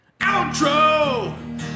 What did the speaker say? Outro